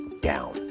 down